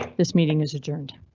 this meeting is adjourned.